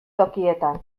tokietan